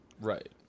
Right